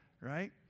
right